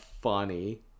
funny